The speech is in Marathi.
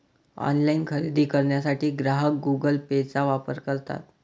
ऑनलाइन खरेदी करण्यासाठी ग्राहक गुगल पेचा वापर करतात